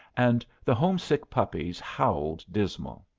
and the homesick puppies howled dismal.